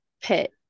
pit